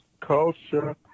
culture